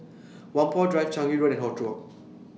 Whampoa Drive Changi Road and